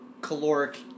caloric